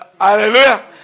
Hallelujah